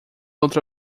outra